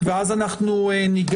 אז את אמירות המסגרת אני אשמח